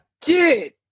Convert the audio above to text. Dude